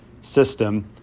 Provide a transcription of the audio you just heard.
system